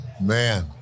Man